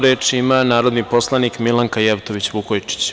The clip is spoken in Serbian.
Reč ima narodni poslanik Milanka Jevtović Vukojičić.